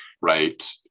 right